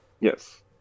Yes